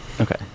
Okay